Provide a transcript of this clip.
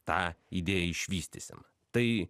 tą idėją išvystysim tai